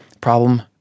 problem